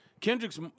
Kendrick's